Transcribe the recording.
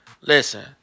Listen